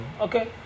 okay